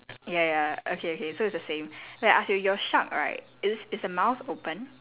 ya ya okay so it's the same okay I ask you your shark right is is the mouth open